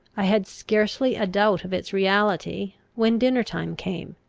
i had scarcely a doubt of its reality, when dinner-time came,